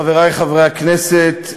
חברי חברי הכנסת,